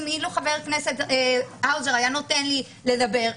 אילו חבר הכנסת האוזר היה נותן לי לדבר,